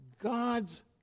God's